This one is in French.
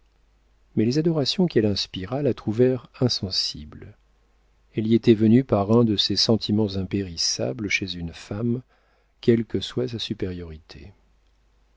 mais les adorations qu'elle inspira la trouvèrent insensible elle y était venue par un de ces sentiments impérissables chez une femme quelle que soit sa supériorité